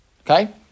Okay